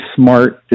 smart